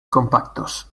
compactos